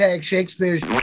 Shakespeare's